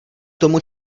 tomu